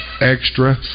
extra